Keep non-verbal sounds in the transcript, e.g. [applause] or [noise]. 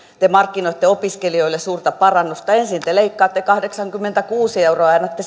te markkinoitte opiskelijoille suurta parannusta ensin te leikkaatte kahdeksankymmentäkuusi euroa ja annatte [unintelligible]